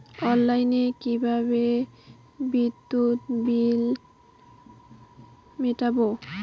অনলাইনে কিভাবে বিদ্যুৎ বিল মেটাবো?